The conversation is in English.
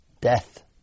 Death